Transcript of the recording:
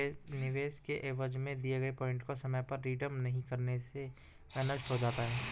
निवेश के एवज में दिए गए पॉइंट को समय पर रिडीम नहीं करने से वह नष्ट हो जाता है